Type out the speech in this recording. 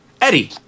Eddie